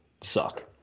suck